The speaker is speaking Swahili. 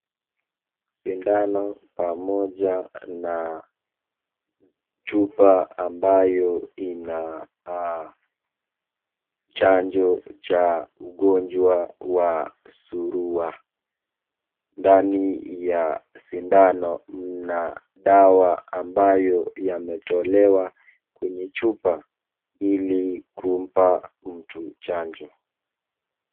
Sindano pamoja na chupa ambayo ina chanjo cha ugonjwa wa suruwa. Ndani ya sindano mna dawa ambayo yametolewa kwenye chupa ili kumpa mtu chanjo.